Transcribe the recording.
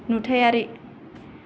नुथायारि